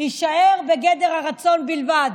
יישאר בגדר הרצון בלבד.